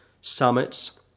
summits